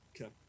Okay